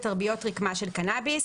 ותרביות רקמה של קנאביס.